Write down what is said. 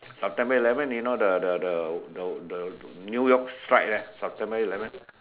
September eleven you know the the the the the new York strike there September eleven